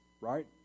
right